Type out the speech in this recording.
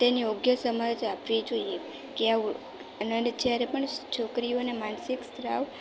તેને યોગ્ય સમજ આપવી જોઈએ કે આવ અને જ્યારે પણ છોકરીઓને માનસિક સ્ત્રાવ